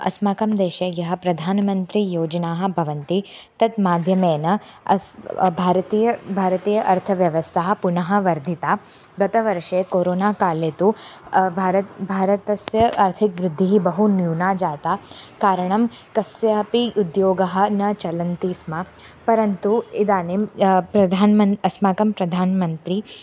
अस्माकं देशे यः प्रधानमन्त्रीयोजनाः भवन्ति तत् माध्यमेन अस् भारतीय भारतीय अर्थव्यवस्था पुनः वर्धिता गतवर्षे कोरोनाकाले तु भारतं भारतस्य आर्थिकवृद्धिः बहु न्यूना जाता कारणं कस्यापि उद्योगः न चलति स्म परन्तु इदानीं प्रधान मन् अस्माकं प्रधानमन्त्री